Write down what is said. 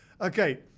Okay